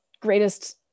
greatest